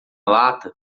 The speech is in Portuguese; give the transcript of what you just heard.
lata